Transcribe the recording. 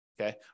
okay